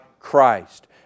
Christ